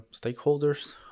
stakeholders